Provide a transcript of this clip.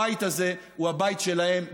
הבית הזה הוא הבית שלהם בדיוק,